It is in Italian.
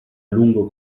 lungo